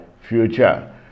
future